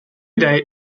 date